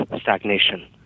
stagnation